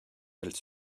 elle